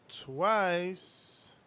Twice